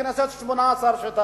הכנסת השמונה-עשרה.